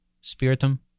spiritum